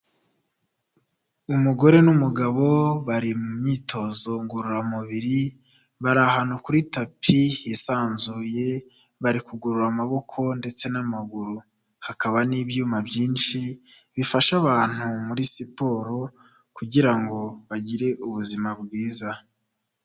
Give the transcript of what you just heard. Umugore n'umugabo bari mu myitozo ngororamubiri, bari ahantu kuri tapi hisanzuye, bari kugorora amaboko ndetse n'amaguru, hakaba n'ibyuma byinshi bifasha abantu muri siporo kugira ngo bagire ubuzima bwiza.